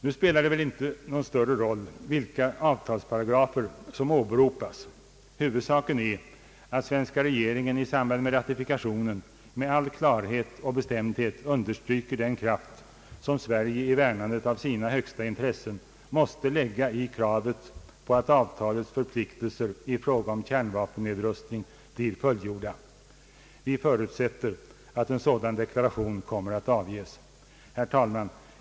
Nu spelar det väl ingen större roll vilka avtalsparagrafer som åberopas. Huvudsaken är att svenska regeringen i samband med ratifikationen med all klarhet och bestämdhet understryker den kraft som Sverige i värnandet av sina högsta intressen måste lägga i kravet på att avtalets förpliktelser i fråga om kärnvapennedrustning blir fullgjorda. Vi förutsätter att en sådan deklaration kommer att avges. Herr talman!